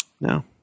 No